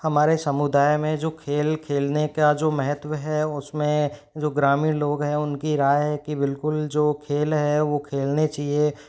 हमारे समुदाय में जो खेल खेलने का जो महत्व है उसमें जो ग्रामीण लोग हैं उनकी राय है कि बिल्कुल जो खेल है वो खेलने चाहिए